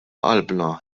qalbna